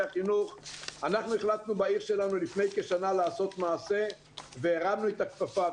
החינוך - לפני כשנה לעשות מעשה והרמנו את הכפפה.